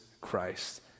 Christ